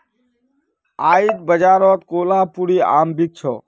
आईज बाजारत कोहलापुरी आम बिक छ